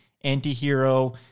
anti-hero